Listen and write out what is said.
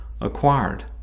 acquired